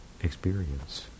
experience